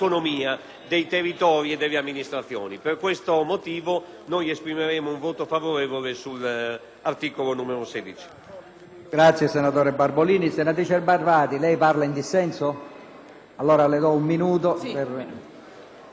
dei territori e delle amministrazioni. Per questo motivo, esprimeremo un voto favorevolesull'articolo 16.